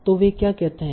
तो वे क्या कहते हैं